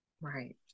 Right